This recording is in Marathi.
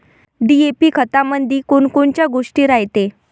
डी.ए.पी खतामंदी कोनकोनच्या गोष्टी रायते?